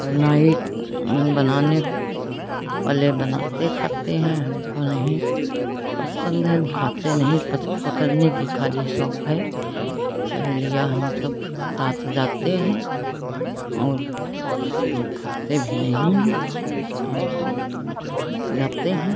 mic में बनाने को वाले बनाते खाते हैं हमको नहीं पसंद है खाते नहीं पच पकड़ने के खाली शौक है सहेलियाँ हम सब साथ जाते हैं और हम खाते भी नहीं हैं और सब जाते हैं